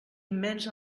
immens